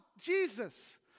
Jesus